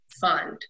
fund